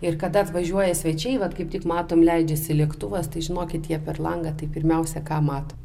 ir kada atvažiuoja svečiai vat kaip tik matom leidžiasi lėktuvas tai žinokit jie per langą tai pirmiausia ką mato